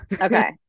Okay